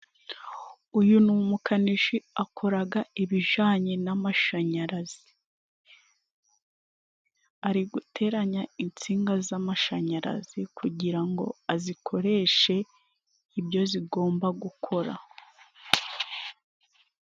Uyu ni umukanishi akoraga ibijanye n'amashanyarazi, ari guteranya insinga z'amashanyarazi kugira ngo azikoreshe ibyo zigomba gukora.